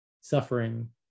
suffering